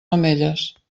mamelles